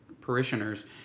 parishioners